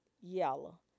yellow